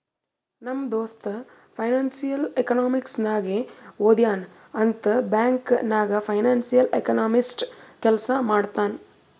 ನಮ್ ದೋಸ್ತ financial economics ನಾಗೆ ಓದ್ಯಾನ್ ಅಂತ್ ಬ್ಯಾಂಕ್ ನಾಗ್ ಫೈನಾನ್ಸಿಯಲ್ ಎಕನಾಮಿಸ್ಟ್ ಕೆಲ್ಸಾ ಮಾಡ್ತಾನ್